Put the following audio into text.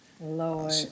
Lord